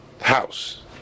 house